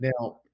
Now